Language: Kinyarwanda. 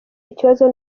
ikibazo